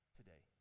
today